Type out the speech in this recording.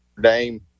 Dame